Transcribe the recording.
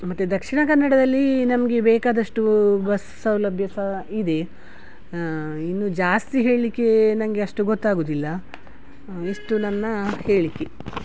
ಮತ್ತು ದಕ್ಷಿಣ ಕನ್ನಡದಲ್ಲಿ ನಮಗೆ ಬೇಕಾದಷ್ಟು ಬಸ್ ಸೌಲಭ್ಯ ಸಹ ಇದೆ ಇನ್ನು ಜಾಸ್ತಿ ಹೇಳ್ಲಿಕ್ಕೆ ನನಗೆ ಅಷ್ಟು ಗೊತ್ತಾಗುವುದಿಲ್ಲ ಇಷ್ಟು ನನ್ನ ಹೇಳಿಕೆ